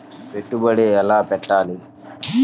పెట్టుబడి ఎలా పెట్టాలి?